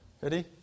Ready